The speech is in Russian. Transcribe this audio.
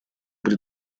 при